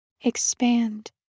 expand